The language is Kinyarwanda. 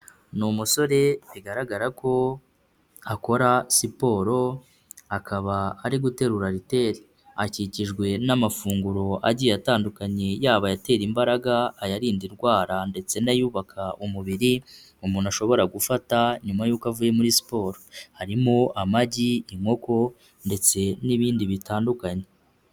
Ni umusore bigaragara ko akora siporo akaba ari guterura liteli akikijwe n'amafunguro agiye atandukanye yaba atera imbaraga, ayarinda indwara ndetse n'ayubaka umubiri umuntu ashobora gufata nyuma y'uko avuye muri siporo harimo amagi, inkoko ndetse n'ibindi bitandukanye.